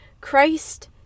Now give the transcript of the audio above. Christ